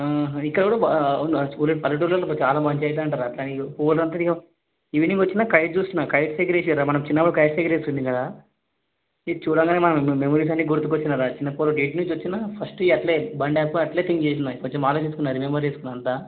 ఇక్కడ కూడా బా నడుచు పల్లెటూర్లో పోతే చాలా మంచిగా అవుతుంది అంటరా అట్లని పోలంతా దిగు ఈవినింగ్ వచ్చిన కైట్ చూస్తున్న కైట్స్ ఎగరేసారు మనం చిన్నప్పుడు కైట్స్ ఎగరేస్తుండే కదా ఇవి చూడగానే మన మెమరీస్ అన్ని గుర్తుకొచ్చాయిరా చిన్నపోరడు గేట్ నుంచి వచ్చిన ఫస్ట్ అలాగే బండి ఆపి అలాగే థింక్ చేశాను కొంచెం ఆలోచించుకున్నాను రిమెంబర్ చేసుకున్నాను అంతా